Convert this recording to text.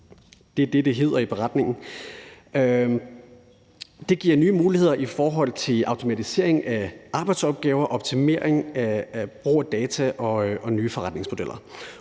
det er det, det hedder i redegørelsen – og det giver nye muligheder i forhold til automatisering af arbejdsopgaver, optimering af brug af data og nye forretningsmodeller.